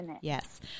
yes